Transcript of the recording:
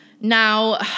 Now